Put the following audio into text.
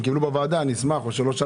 אם קיבלו את זה לוועדה, אני אשמח לראות.